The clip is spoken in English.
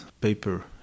paper